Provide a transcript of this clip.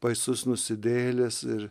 baisus nusidėjėlis ir